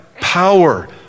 power